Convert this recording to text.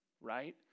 right